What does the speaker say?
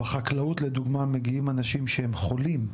שבחקלאות לדוגמא מגיעים אנשים שהם חולים,